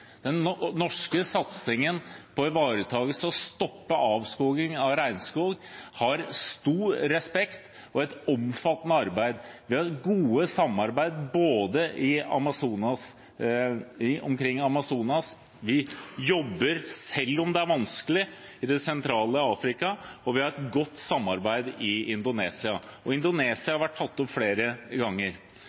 Den norske satsingen på å ta vare på og stoppe avskogingen av regnskog nyter stor respekt og er et omfattende arbeid. Vi har gode samarbeid omkring Amazonas, vi jobber, selv om det er vanskelig, i det sentrale Afrika, og vi har et godt samarbeid i Indonesia. Indonesia har vært tatt opp flere ganger.